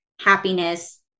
Happiness